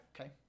okay